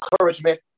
encouragement